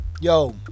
Yo